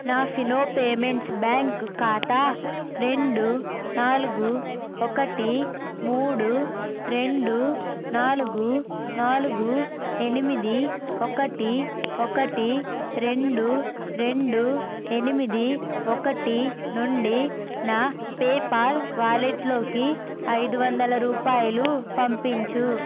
నా Fino payments bank ఖాతా రెండు నాలుగు ఒక్కటి మూడు రెండు నాలుగు నాలుగు ఎనిమిది ఒకటి ఒకటి రెండు రెండు ఎనిమిది ఒకటి నుండి నా పేపాల్ వాలెట్లోకి ఐదు వందల రూపాయలు పంపించుము